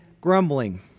grumbling